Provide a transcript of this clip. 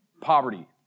Poverty